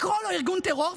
לקרוא לו ארגון טרור.